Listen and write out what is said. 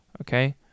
okay